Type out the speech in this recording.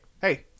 hey